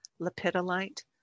lapidolite